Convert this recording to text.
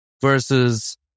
versus